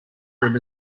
room